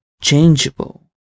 changeable